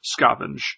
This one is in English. scavenge